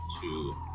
two